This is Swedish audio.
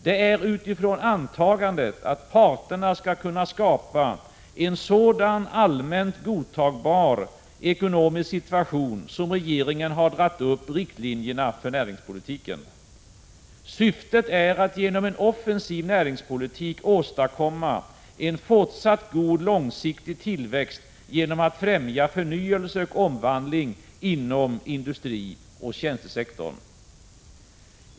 Det är utifrån antagandet att parterna skall kunna skapa en sådan allmänt godtagbar ekonomisk situation som regeringen har dragit upp riktlinjerna för näringspolitiken. Syftet är att genom en offensiv näringspolitik åstadkomma en fortsatt god, långsiktig tillväxt genom att främja förnyelse och omvandling inom industrioch tjänstesektorn.